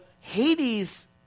Hades